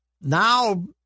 Now